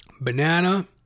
Banana